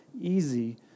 easy